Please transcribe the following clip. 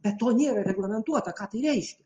bet to nėra reglamentuota ką tai reiškia